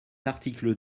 article